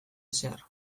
ezer